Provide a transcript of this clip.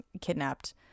kidnapped